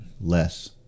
less